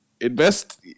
invest